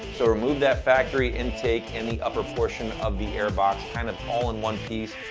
so remove that factory intake in the upper portion of the air box, kind of all in one piece.